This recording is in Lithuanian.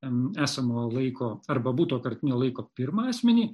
esamuojo laiku arba būtojo kartinio laiko pirmąjį asmenį